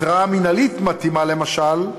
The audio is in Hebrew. התראה מינהלית מתאימה, למשל,